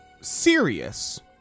serious